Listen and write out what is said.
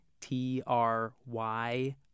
T-R-Y